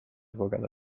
kogeda